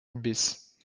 bis